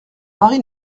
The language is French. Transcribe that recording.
mari